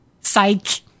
psych